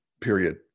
period